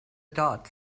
dots